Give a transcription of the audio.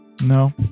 No